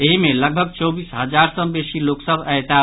एहि मे लगभग चौबीस हजार सँ बेसी लोक सभ अयताह